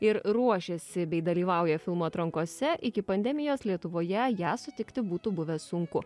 ir ruošiasi bei dalyvauja filmų atrankose iki pandemijos lietuvoje ją sutikti būtų buvę sunku